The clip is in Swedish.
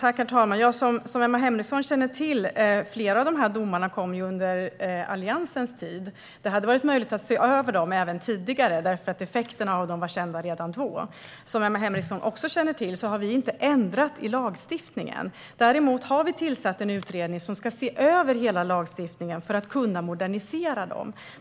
Herr talman! Som Emma Henriksson känner till kom flera av domarna under Alliansens tid. Det hade varit möjligt att se över dem även tidigare därför att effekterna av dem var kända redan då. Som Emma Henriksson också känner till har vi inte ändrat i lagstiftningen. Däremot har vi tillsatt en utredning som ska se över hela lagstiftningen för att kunna modernisera den.